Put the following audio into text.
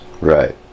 Right